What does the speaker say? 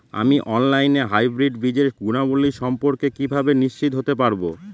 আমি অনলাইনে হাইব্রিড বীজের গুণাবলী সম্পর্কে কিভাবে নিশ্চিত হতে পারব?